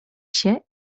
się